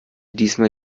diesmal